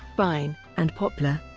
pine, and poplar.